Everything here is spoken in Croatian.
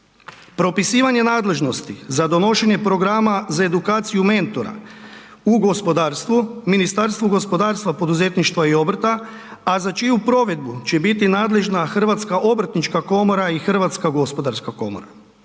Propisivanje nadležnosti za donošenje programa za edukaciju mentora u gospodarstvu, Ministarstvu gospodarstva, poduzetništva i obrta, a za čiju provedbu će biti nadležna HOK i HGK. Program ima